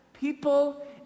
people